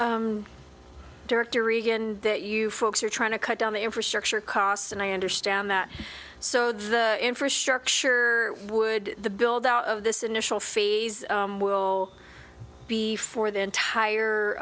directory given that you folks are trying to cut down the infrastructure costs and i understand that so the infrastructure would the build out of this initial phase will be for the entire